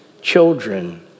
children